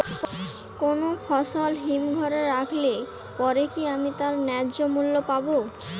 কোনো ফসল হিমঘর এ রাখলে পরে কি আমি তার ন্যায্য মূল্য পাব?